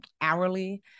hourly